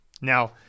Now